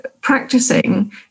practicing